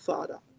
Father